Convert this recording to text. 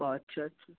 ও আচ্ছা আচ্ছা